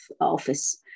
office